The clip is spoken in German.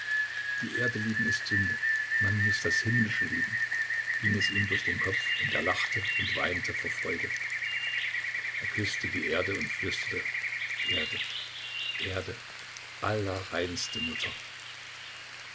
die erde lieben ist sünde man muß das himmlische lieben ging es ihm durch den kopf und er lachte und weinte vor freude er küßte die erde und flüsterte erde erde allerreinste mutter